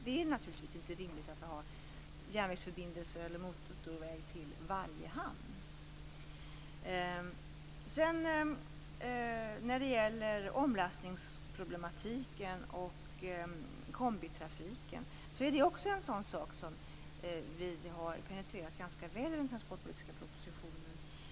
Det är naturligtvis inte rimligt att ha järnvägsförbindelser eller motorväg till varje hamn. Omlastningsproblemen och kombitrafiken är också en sak som vi har penetrerat ganska väl i den transportpolitiska propositionen.